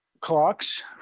clocks